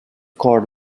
cord